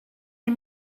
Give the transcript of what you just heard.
les